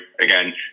again